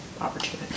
opportunity